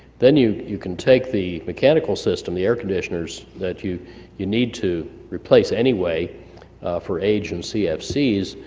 then you you can take the mechanical system the air-conditioners that you you need to replace anyway for agent cfcs,